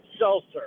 seltzer